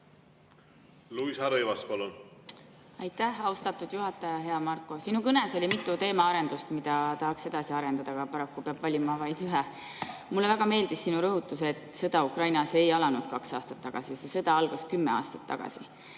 Luisa Rõivas, palun! Aitäh, austatud juhataja! Hea Marko! Sinu kõnes oli mitu teemaarendust, mida tahaks edasi arendada, aga paraku peab valima vaid ühe. Mulle väga meeldis sinu rõhutus, et sõda Ukrainas ei alanud kaks aastat tagasi, see sõda algas kümme aastat tagasi.